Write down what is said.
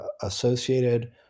Associated